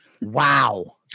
Wow